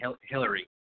Hillary